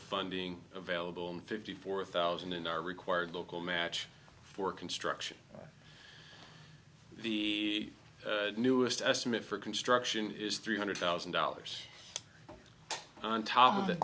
funding available in fifty four thousand in our required local match for construction the newest estimate for construction is three hundred thousand dollars on top of